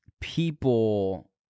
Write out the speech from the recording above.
people